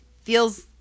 feels